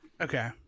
Okay